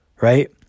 Right